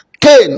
Cain